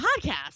podcast